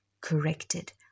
corrected